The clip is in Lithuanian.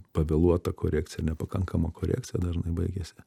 pavėluota korekcija nepakankama korekcija dažnai baigiasi